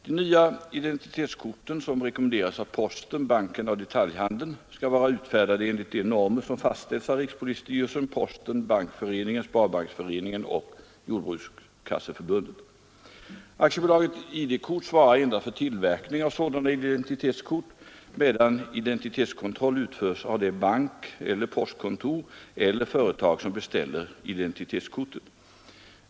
De nya identitetskorten, som rekommenderas av posten, bankerna och detaljhandeln, skall vara utfärdade enligt de normer som fastställts av rikspolisstyrelsen, posten, bankföreningen, sparbanksföreningen och jordbrukskasseförbundet. AB ID-kort svarar endast för tillverkning av sådana identitetskort, medan identitetskontroll utförs av det bankeller postkontor eller företag som beställer identitetskortet.